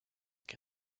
que